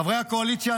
חברי הקואליציה,